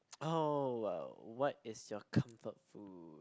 oh whoa what is your comfort food